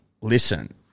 listen